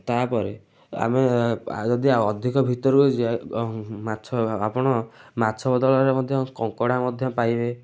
ତା'ପରେ ଆମେ ଯଦି ଅଧିକ ଭିତରକୁ ଯିବା ମାଛ ଆପଣ ମାଛ ବଦଳରେ ମଧ୍ୟ କଙ୍କଡ଼ା ମଧ୍ୟ ପାଇବେ